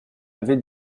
avait